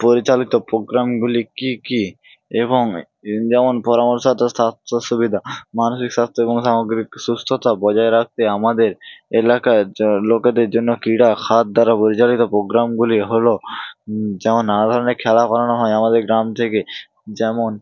পরিচালিত প্রোগ্রামগুলি কী কী এবং এ যেমন পরামর্শদাতা স্বাস্থ্য সুবিধা মানসিক স্বাস্থ্য এবং সামগ্রিক সুস্থতা বজায় রাখতে আমাদের এলাকায় জ লোকেদের জন্য ক্রীড়া খাত দ্বারা পরিচালিত প্রোগ্রামগুলি হলো যেমন নানা ধরনের খেলা করানো হয় আমাদের গ্রাম থেকে যেমন